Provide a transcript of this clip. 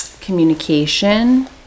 Communication